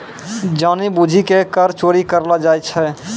जानि बुझि के कर चोरी करलो जाय छै